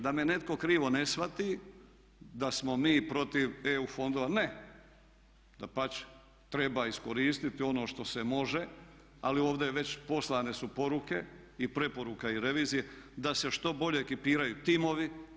Da me netko krivo ne shvati da smo mi protiv EU fondova, ne, dapače, treba iskoristiti ono što se može, ali ovdje već poslane su poruke i preporuka i revizije da se što bolje ekipiraju timovi.